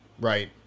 Right